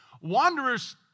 Wanderers